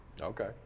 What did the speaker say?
Okay